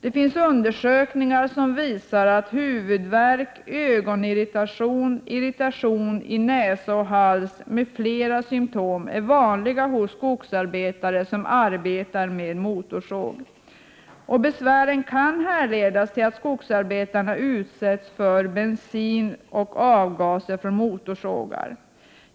Det finns undersökningar som visar att huvudvärk, ögonirritation, irritation i näsa och hals m.fl. symtom är vanliga hos skogsarbetare som arbetar med motorsåg. Besvären kan härledas till att skogsarbetarna utsätts för bensin och avgaser från motorsågar.